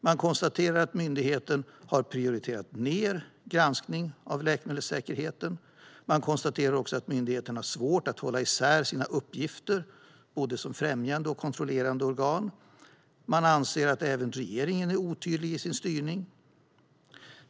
Man konstaterar att myndigheten har prioriterat ned granskning av läkemedelssäkerheten och att myndigheten har svårt att hålla isär sina uppgifter, både som främjande och kontrollerande organ. Man anser att även regeringen är otydlig i sin styrning.